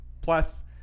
Plus